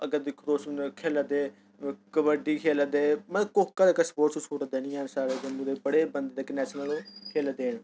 अग्गै दिक्खो गोसून खेढा दे कब्बडी खेढा दे मतलब कोह्का जेह्का स्पोर्टस जिस कोल बंदे निं हैन साढ़े जम्मू दे मतलब बड़े बंदे न नेश्नल खेढा दे न